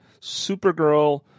Supergirl